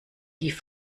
die